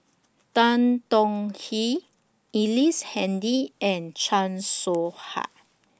Tan Tong Hye Ellice Handy and Chan Soh Ha